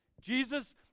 Jesus